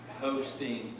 hosting